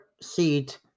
seat